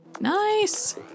nice